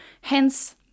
hence